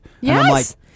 Yes